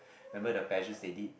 remember the pageants they did